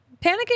panicking